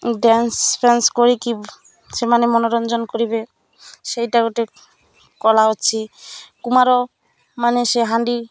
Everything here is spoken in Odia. ଡ୍ୟାନ୍ସ ଫେନ୍ସ କରିକି ସେମାନେ ମନୋରଞ୍ଜନ କରିବେ ସେଇଟା ଗୋଟେ କଳା ଅଛି କୁମ୍ଭାରମାନେ ସେ ହାଣ୍ଡି